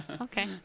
okay